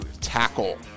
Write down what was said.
tackle